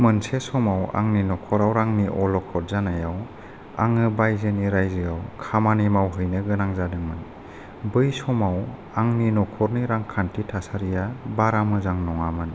मोनसे समाव आंनि नखराव रांनि अलखद जानायाव आङो बायहेरनि रायजोआव खामानि मावहैनो गोनां जादोंमोन बै समाव आंनि नखरनि रांखान्थि थासारिआ बारा मोजां नङामोन